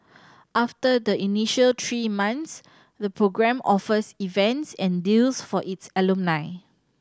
after the initial three months the program offers events and deals for its alumni